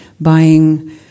buying